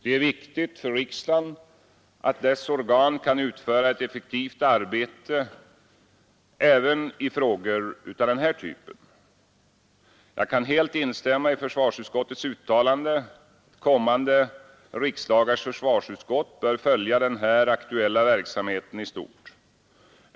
Det är viktigt för riksdagen att dess organ kan utföra ett effektivt arbete även i frågor av den här typen. Jag kan helt instämma i försvarsutskottets uttalande, att kommande riksdagars försvarsutskott bör följa den här aktuella verksamheten i stort.